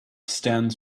stands